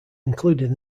included